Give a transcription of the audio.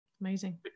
Amazing